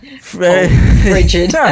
frigid